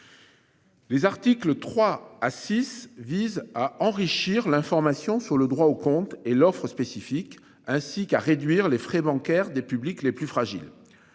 Les articles 3 à six vise à enrichir l'information sur le droit au compte et l'offre spécifique ainsi qu'à réduire les frais bancaires des publics les plus fragiles.